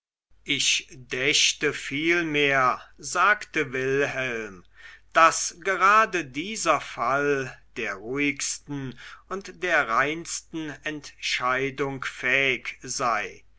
ich dächte vielmehr sagte wilhelm daß gerade dieser fall der ruhigsten und der reinsten entscheidung fähig sei